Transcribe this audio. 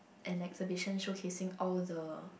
an exhibition showcasing all the